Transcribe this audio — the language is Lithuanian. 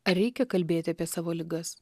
ar reikia kalbėti apie savo ligas